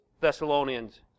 Thessalonians